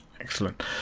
Excellent